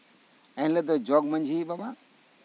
ᱮᱱᱦᱤᱞᱳᱜ ᱫᱚ ᱡᱚᱜᱽᱢᱟᱺᱡᱷᱤ ᱵᱟᱵᱟ